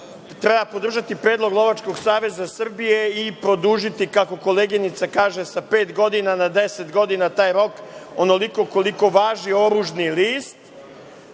treba podržati predlog Lovačkog saveza Srbije i produžiti, kako koleginica kaže, sa pet godina na 10 godina taj rok, onoliko koliko važi oružni